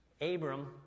Abram